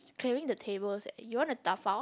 she's clearing the tables eh you want to dabao